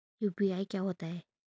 UPI क्या होता है?